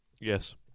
yes